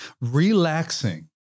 Relaxing